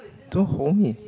too homey